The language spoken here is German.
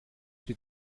die